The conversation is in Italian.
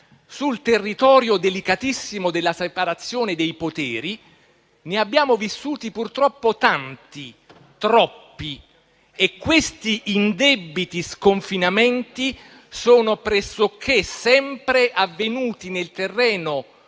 sul territorio delicatissimo della separazione dei poteri, ne abbiamo vissuti purtroppo tanti, troppi. E questi indebiti sconfinamenti sono pressoché sempre avvenuti nel terreno